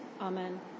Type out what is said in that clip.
Amen